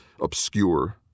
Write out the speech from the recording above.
obscure—